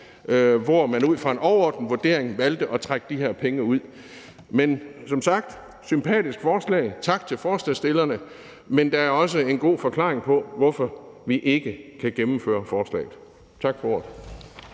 hvor man ud fra en overordnet vurdering valgte at trække de her penge ud. Men som sagt er det et sympatisk forslag. Tak til forslagsstillerne. Men der er også en god forklaring på, hvorfor vi ikke kan gennemføre forslaget. Tak for ordet.